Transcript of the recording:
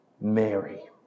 Mary